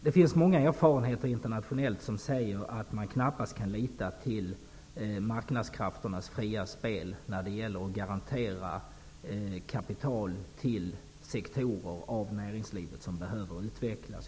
Det finns många erfarenheter internationellt som säger att man knappast kan lita till marknadskrafternas fria spel när det gäller att garantera kapital till sektorer i näringslivet som behöver utvecklas.